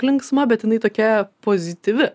linksma bet jinai tokia pozityvi